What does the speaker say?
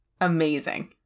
Amazing